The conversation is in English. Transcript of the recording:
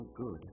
good